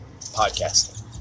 podcasting